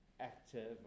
active